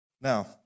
Now